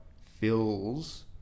fills